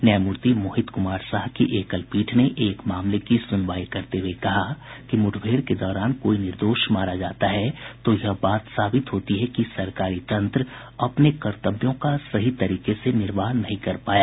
न्यायमूर्ति मोहित कुमार साह की एकल पीठ ने एक मामले की सुनवाई करते हुये कहा कि मुठभेड़ के दौरान कोई निर्दोष मारा जाता है तो यह बात साबित होती है कि सरकारी तंत्र अपने कतर्व्यों का सही तरीके से निर्वाह नहीं कर पाया